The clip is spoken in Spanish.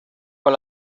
con